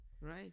Right